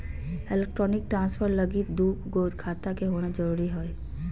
electronic transfer लगी दू गो खाता के होना जरूरी हय